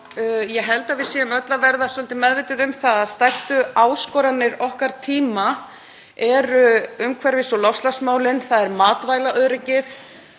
ég held að við séum öll að verða svolítið meðvituð um það að stærstu áskoranir okkar tíma eru umhverfis- og loftslagsmálin og matvælaöryggið